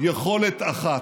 יכולת אחת,